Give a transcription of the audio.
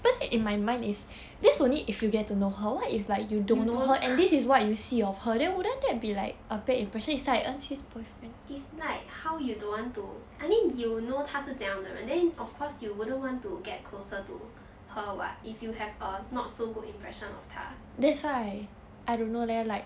you don't it's like how you don't want to I mean you know 她是怎样的人 then of course you wouldn't want to get closer to her [what] if you have a not so good impression of 她